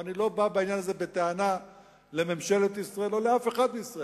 ואני לא בא בעניין הזה בטענה לממשלת ישראל או לאף אחד בישראל.